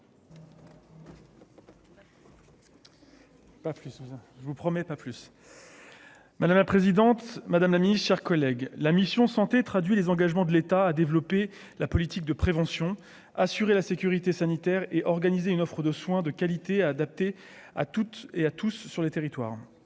madame la présidente, madame amis chers collègues, la mission Santé traduit les engagements de l'État à développer la politique de prévention, assurer la sécurité sanitaire et organiser une offre de soins de qualité à toutes et à tous sur les territoires